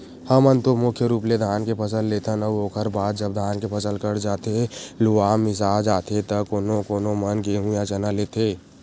हमन तो मुख्य रुप ले धान के फसल लेथन अउ ओखर बाद जब धान के फसल कट जाथे लुवा मिसा जाथे त कोनो कोनो मन गेंहू या चना लेथे